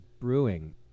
brewing